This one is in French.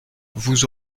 vous